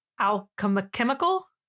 alchemical